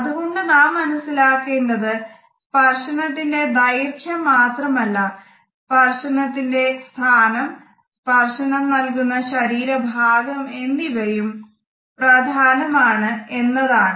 അതുകൊണ്ട് നാം മനസ്സിലാക്കേണ്ടത് സ്പർശനത്തിന്റെ ദൈർഘ്യം മാത്രമല്ല സ്പർശനത്തിന്റ സ്ഥാനം സ്പർശനം നൽകുന്ന ശരീര ഭാഗം എന്നിവയും പ്രാധനമാണ് എന്നതാണ്